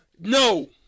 No